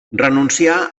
renuncià